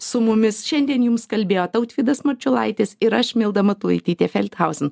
su mumis šiandien jums kalbėjo tautvydas marčiulaitis ir aš milda matulaitytė felthausen